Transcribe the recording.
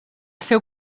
seu